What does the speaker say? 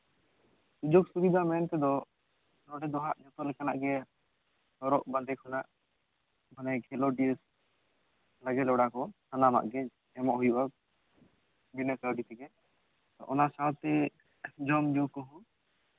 ᱥᱩᱡᱳᱜ ᱥᱩᱵᱤᱫᱷᱟ ᱢᱮᱱᱛᱮᱫᱚ ᱱᱚᱰᱮ ᱫᱚᱦᱟᱜ ᱡᱚᱛᱚᱜᱮ ᱦᱚᱨᱚᱜ ᱵᱟᱸᱫᱮ ᱠᱷᱚᱱᱟᱜ ᱠᱷᱮᱞᱳᱰᱤᱭᱟᱹ ᱞᱟᱹᱜᱤ ᱞᱚᱲᱟ ᱠᱚ ᱥᱟᱱᱟᱢᱟᱜ ᱜᱮ ᱮᱢᱚᱜ ᱦᱩᱭᱩᱜᱼᱟ ᱵᱤᱱᱟᱹ ᱠᱟᱹᱣᱰᱤ ᱛᱮᱜᱮ ᱚᱱᱟ ᱥᱟᱶᱛᱮ ᱡᱚᱢ ᱧᱩ ᱠᱚᱦᱚᱸ